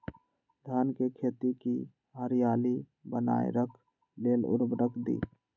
धान के खेती की हरियाली बनाय रख लेल उवर्रक दी?